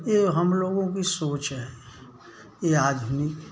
ये हम लोगों की सोच है ये आज भी